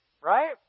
Right